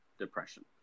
depression